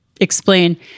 explain